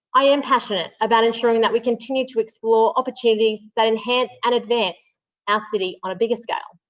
i am passionate about ensuring that we continue to explore opportunities that enhance and advance our city on a bigger scale.